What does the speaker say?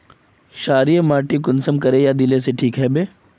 क्षारीय माटी कुंसम करे या दिले से ठीक हैबे?